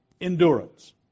Endurance